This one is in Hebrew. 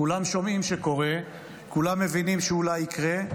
כולם שומעים שקורה, כולם מבינים שאולי יקרה,